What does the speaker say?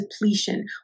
depletion